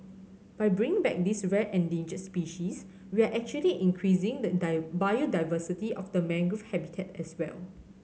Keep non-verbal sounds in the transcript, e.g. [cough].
by bringing back this rare endangered species we are actually increasing the [unintelligible] biodiversity of the mangrove habitat as well